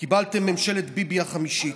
קיבלתם ממשלת ביבי החמישית,